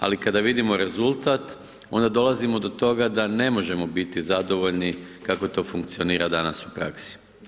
Ali kada vidimo rezultat, onda dolazimo do toga, da ne možemo biti zadovoljni kako to funkcionira danas u praski.